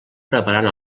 preparant